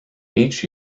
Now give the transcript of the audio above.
each